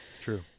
true